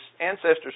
ancestors